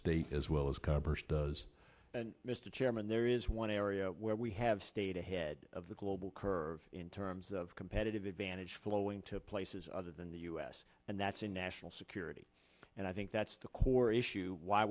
state as well as congress does mr chairman there is one area where we have stayed ahead of the global curve in terms of competitive advantage flowing to places other than the u s and that's a national security and i think that's the core issue why